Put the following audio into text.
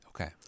okay